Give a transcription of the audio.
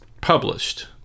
published